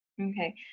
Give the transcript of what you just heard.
Okay